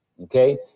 Okay